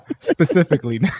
Specifically